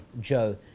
Joe